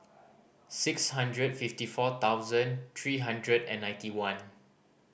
six hundred fifty four thousand three hundred and ninety one